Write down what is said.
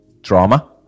Drama